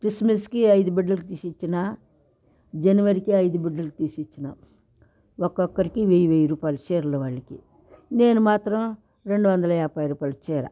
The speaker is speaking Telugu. క్రిస్మస్కి ఐదు బిడ్డలకు తీసి ఇచ్చిన జనవరికి ఐదు బిడ్డలకు తీసి ఇచ్చిన ఒకొక్కరికి వెయ్యి వెయ్యి రూపాయలు చీరలు వాళ్ళకి నేను మాత్రం రెండు వందల యాభై రూపాయల చీర